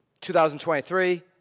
2023